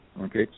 okay